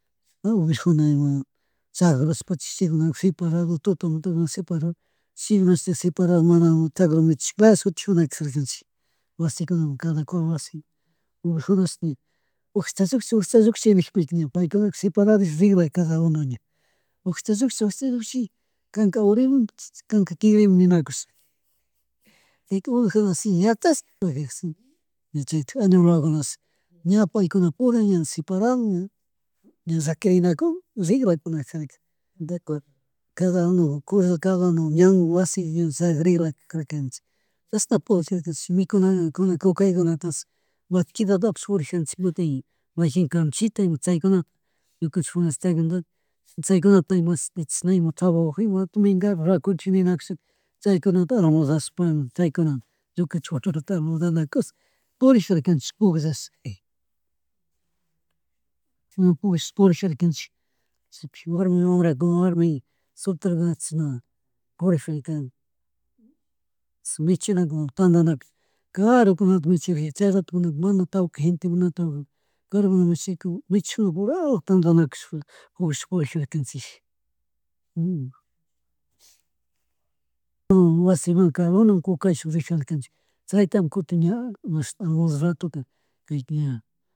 Ashtawan rijuna chagrushpa chishikunaka seperado tutamanta separadochi chi mashti separado mana chagrunichik chisnlaya shutikunakarkachik wasi kunamun cada cual wasi, wambrajunash ña ugcha shuklli ugcha lluksllika niskpika ña paykunapish separado rikalakajarkuna ugcha lluji ugcha llukshi kanka urimun, kanka kingrimun ninakush chayka ojakuna si ña yachash ña chaytik animal wawakunahsh ña payku purin ña serparado ña, rakirinakun rinla kuna kajarka kada uno corral, cada uno ñanmun wasi chayajikalak kajarkanchik chashna purijarkanchik mikunakna kukaygutash mashquitata apsh purijanchik kuti mayjika kamchita chayta ima chaykunata ñukanchik chaykunata imashuti chishna trabaju ima jatun mingata ruakunchik ninakushaka chaykunatala almosllashpa chaykunatakush purjarkanchich. Chashna purijarkanchik chipi warmi wambrakuna, warmi soltera kan, michinaku purijarka tandanakush karu kuna michiriji chay ratokuna man tawka gente, mana tanto gentekunaka mana tawka michijuna vulaju tandanachushpa purish purijarkanchija. Wasimanka cada uno kukayshpi rijarkanchik chayta kutin ña mash almollo ratoka kaypi ña